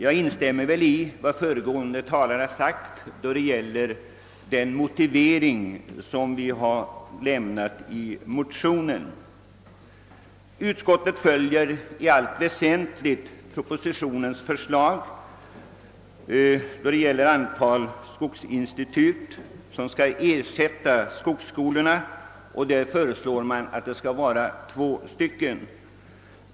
Jag instämmer i vad föregående talare har sagt om den motivering som vi har lämnat i motionen. Utskottet följer propositionens förslag då det gäller antalet skogsinstitut, som skall ersätta skogsskolorna, och föreslår att det skall finnas två.